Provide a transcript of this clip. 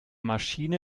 maschine